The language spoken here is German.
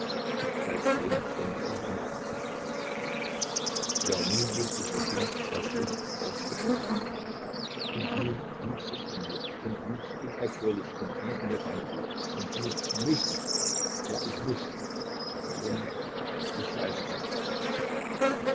seitdem denk ich immer an sie ja nun wußte ich bestimmt es ist das geschlecht und nun wuchs es in mir und wuchs unaufhörlich und ließ mir keine ruhe und nun muß ich ja ich muß warum ich weiß es nicht